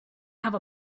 have